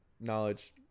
knowledge